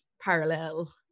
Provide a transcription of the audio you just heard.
parallel